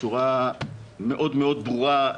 בצורה מאוד-מאוד ברורה,